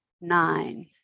nine